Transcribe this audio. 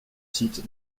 sites